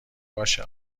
باشه